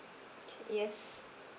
okay yes